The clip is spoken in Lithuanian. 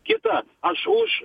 kita aš už